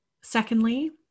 Secondly